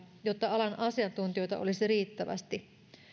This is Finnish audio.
jotta alan asiantuntijoita oli riittävästi